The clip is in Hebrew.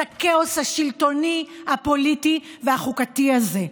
את הכאוס השלטוני, הפוליטי והחוקתי הזה.